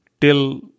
Till